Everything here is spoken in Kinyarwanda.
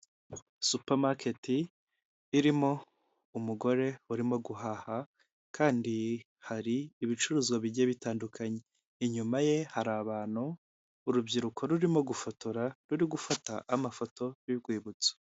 Supamaketi irimo umugore urimo guhaha kandi hari ibicuruzwa bigiye bitandukanye, inyuma ye hari abantu urubyiruko rurimo gufotora ruri gufata amafoto y'urwibutso.